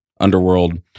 underworld